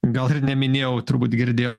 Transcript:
gal ir neminėjau turbūt girdi